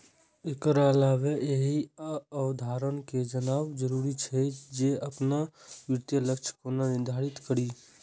एकर अलावे एहि अवधारणा कें जानब जरूरी छै, जे अपन वित्तीय लक्ष्य कोना निर्धारित करी